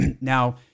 Now